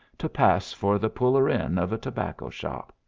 to pass for the puller-in of a tobacco shop.